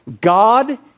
God